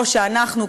או שאנחנו,